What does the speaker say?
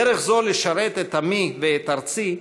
דרך זו, לשרת את עמי ואת ארצי,